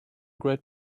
great